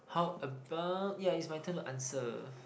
how about ya is my turn to answer